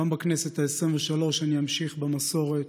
גם בכנסת העשרים-ושלוש אני אמשיך במסורת